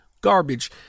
Garbage